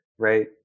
Right